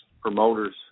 promoters